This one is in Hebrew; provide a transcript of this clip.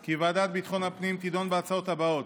כי ועדת ביטחון הפנים תדון בהצעות האלה: